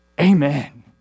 Amen